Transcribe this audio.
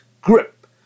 grip